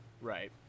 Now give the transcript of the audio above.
Right